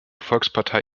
volkspartei